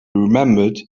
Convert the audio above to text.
remembered